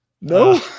no